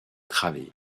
travées